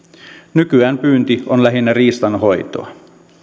nykyään pyynti on lähinnä riistanhoitoa